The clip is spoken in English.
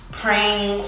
praying